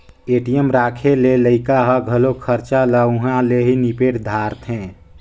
ATM राखे ले लइका ह घलो खरचा ल उंहा ले ही निपेट दारथें